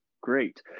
great